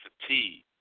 fatigue